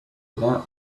without